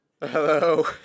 Hello